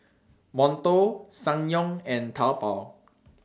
Monto Ssangyong and Taobao